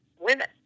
women